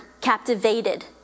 captivated